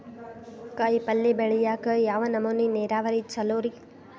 ಕಾಯಿಪಲ್ಯ ಬೆಳಿಯಾಕ ಯಾವ ನಮೂನಿ ನೇರಾವರಿ ಛಲೋ ರಿ?